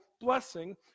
blessing